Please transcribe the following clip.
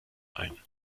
ein